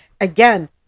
Again